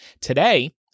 Today